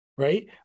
Right